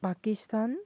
Pakistan